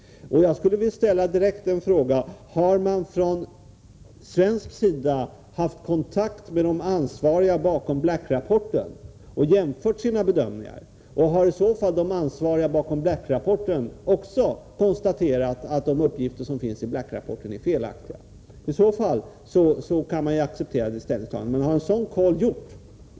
Jag vill ställa en direkt fråga: Har man från svensk sida haft kontakt med de ansvariga bakom Black-rapporten och jämfört bedömningarna? Har de ansvariga bakom Black-rapporten också konstaterat att deras uppgifter är felaktiga? I så fall kan detta ställningstagande accepteras.